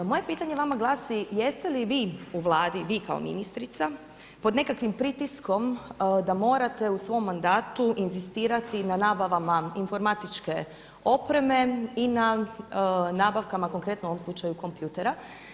Moje pitanje vama glasi jeste li vi u Vladi, vi kao ministrica pod nekakvim pritiskom da morate u svom mandatu inzistirati na nabavama informatičke opreme i na nabavkama konkretno u ovom slučaju kompjutera?